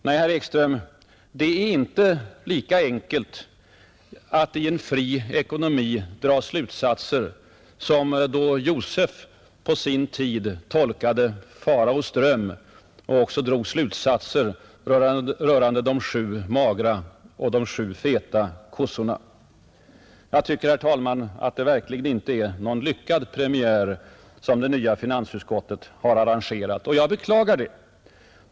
Nej, herr Ekström, det är inte lika enkelt att dra slutsatser i en fri ekonomi som då Josef på sin tid tolkade Faraos dröm och också drog investeringsslutsatser av de sju magra och de sju feta kossorna. Jag tycker, fru talman, att det verkligen inte är någon lyckad premiär som det nya finansutskottet har arrangerat. Jag beklagar det.